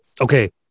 okay